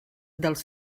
dels